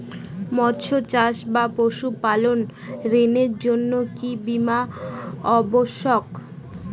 মৎস্য চাষ বা পশুপালন ঋণের জন্য কি বীমা অবশ্যক?